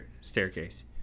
staircase